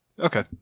Okay